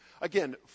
Again